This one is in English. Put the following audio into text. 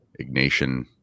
Ignatian